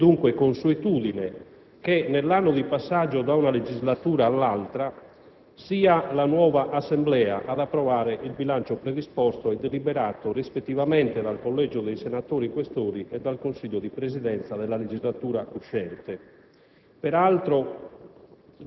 È inevitabile, e dunque consuetudine, che nell'anno di passaggio da una legislatura all'altra sia la nuova Assemblea ad approvare il bilancio predisposto e deliberato rispettivamente dal Collegio dei senatori Questori e dal Consiglio di presidenza della legislatura uscente.